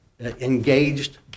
engaged